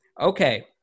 Okay